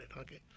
Okay